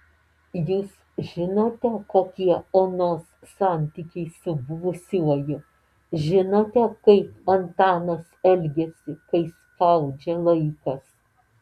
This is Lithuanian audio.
jūs žinote kokie onos santykiai su buvusiuoju žinote kaip antanas elgiasi kai spaudžia laikas